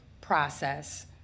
process